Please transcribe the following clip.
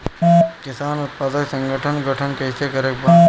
किसान उत्पादक संगठन गठन कैसे करके बा?